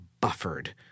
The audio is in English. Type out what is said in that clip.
buffered